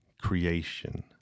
creation